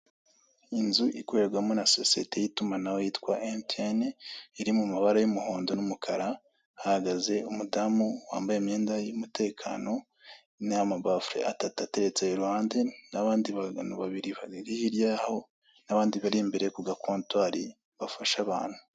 Inzu ikorerwamo na sosiyete y'itumanaho yitwa emutiyeni ri mu mabara y'umuhondo n'umukara; hahagaze umudamu wambaye imyenda y'umutekano, hino hari amabakure atatu ateretse iruhande, n'abandi bantu babiri bari hirya yaho n'abandi bari imbere ku gakontwari bafasha abantu.